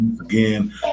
again